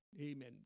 Amen